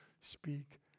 speak